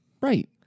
Right